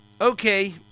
Okay